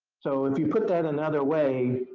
so, if you put that another way,